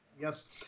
Yes